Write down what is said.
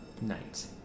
night